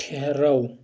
ٹھہرَو